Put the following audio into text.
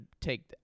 take